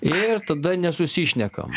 ir tada nesusišnekam